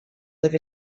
live